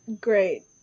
great